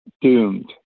doomed